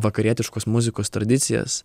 vakarietiškos muzikos tradicijas